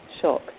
shock